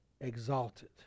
exalted